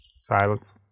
Silence